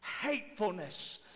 Hatefulness